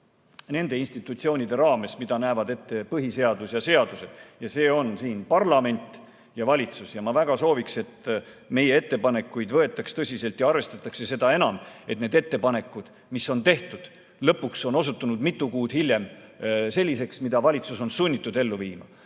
nende institutsioonide raames, mida näevad ette põhiseadus ja seadused. Need on parlament ja valitsus. Ma väga sooviksin, et meie ettepanekuid võetaks tõsiselt ja arvestataks, seda enam, et need ettepanekud, mis on tehtud, on osutunud lõpuks mitu kuud hiljem selliseks, mida valitsus on sunnitud ellu viima.